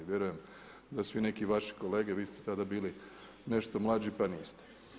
Vjerujem da su i neki vaši kolege, vi ste tada bili nešto mlađi pa niste.